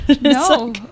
No